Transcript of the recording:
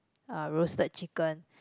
uh roasted chicken